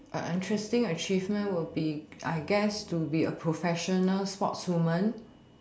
an interesting achievement will be I guess to be a professional sportswoman